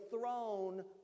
throne